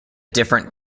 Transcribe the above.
different